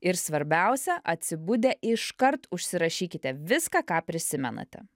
ir svarbiausia atsibudę iškart užsirašykite viską ką prisimenate